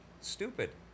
stupid